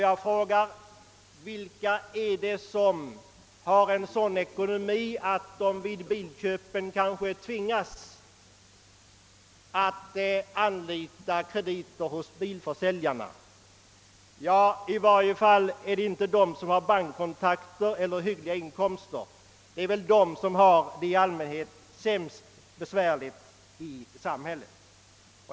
Jag frågar vilka det är som har en sådan ekonomi, att de vid bilköpen kanske tvingas att anlita krediter hos bilförsäljarna. Ja, det är i varje fall inte de som har bankkontakter eller hyggliga inkomster, utan det är väl i allmänhet de som har det mest besvärligt i samhället.